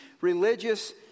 religious